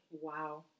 Wow